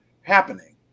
happening